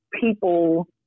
people